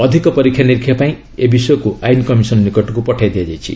ଅଧିକ ପରୀକ୍ଷା ନିରୀକ୍ଷା ପାଇଁ ଏ ବିଷୟକୁ ଆଇନ କମିଶନ୍ ନିକଟକୁ ପଠାଇ ଦିଆଯାଇଛି